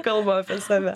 kalba apie save